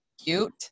cute